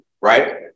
right